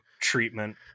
Treatment